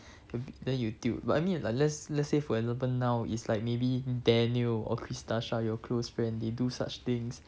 then you tilt I mean like let's let's say for example now is like maybe daniel or christasha your close friend they do such things